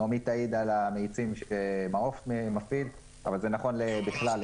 ונעמי תעיד על המאיצים ש"מעוף" מפעיל אבל זה נכון בכלל,